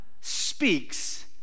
speaks